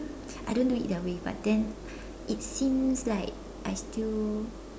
I don't do it that way but then it seems like I still